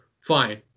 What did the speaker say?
fine